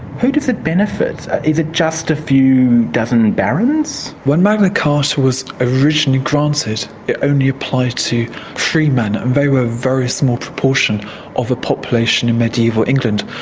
who does it benefit? is it just a few dozen barons? when magna carta was originally granted, it only applied to free men, and they were a very small proportion of the population in medieval england.